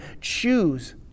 choose